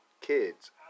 kids